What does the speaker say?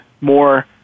more